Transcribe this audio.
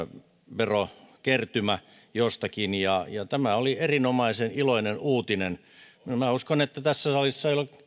verokertymä jostakin tämä oli erinomaisen iloinen uutinen minä minä uskon että tässä salissa